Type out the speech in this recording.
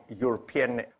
European